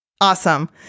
Awesome